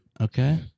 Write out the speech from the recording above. Okay